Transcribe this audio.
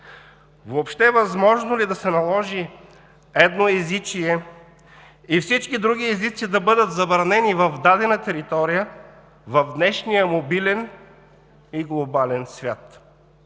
въобще възможно ли е да се наложи едноезичие и всички други езици да бъдат забранени в дадена територия в днешния мобилен и глобален свят?